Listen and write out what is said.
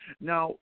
Now